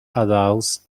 allows